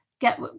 get